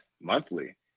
monthly